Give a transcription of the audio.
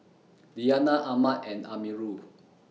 Diyana Ahmad and Amirul